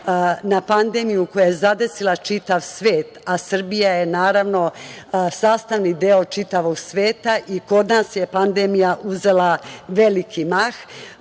na pandemiju koja je zadesila čitav svet, a Srbija je naravno sastavni deo čitavog sveta i kod nas je pandemija uzela veliki mah,